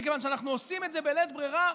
מכיוון שאנחנו עושים את זה בלית ברירה.